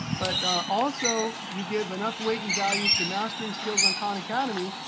but also you give enough weight and value to mastering skills on khan academy,